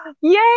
Yay